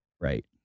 Right